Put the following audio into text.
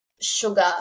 sugar